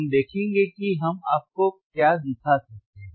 हम देखेंगे कि हम आपको क्या दिखा सकते हैं